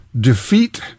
defeat